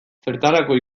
zertarako